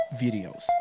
videos